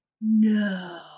no